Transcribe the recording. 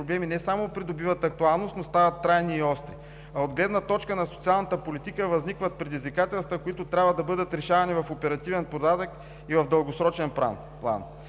дни тези проблеми не само придобиват актуалност, но стават трайни и остри. А от гледна точка на социалната политика възникват предизвикателства, които трябва да бъдат решавани в оперативен порядък и в дългосрочен план.